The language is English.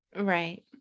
right